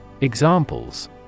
Examples